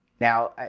Now